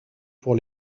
pour